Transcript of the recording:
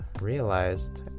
realized